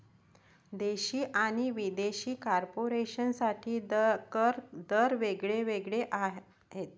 देशी आणि विदेशी कॉर्पोरेशन साठी कर दर वेग वेगळे आहेत